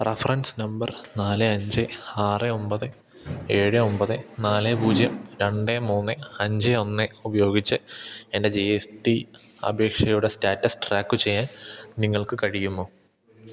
reference number നാല് അഞ്ച് ആറ് ഒമ്പത് ഏഴ് ഒമ്പത് നാല് പൂജ്യം രണ്ട് മൂന്ന് അഞ്ച് ഒന്ന് ഉപയോഗിച്ച് എൻറ്റെ ജി എസ് റ്റി അപേക്ഷയുടെ സ്റ്റാറ്റസ് ട്രാക്ക് ചെയ്യാൻ നിങ്ങൾക്ക് കഴിയുമോ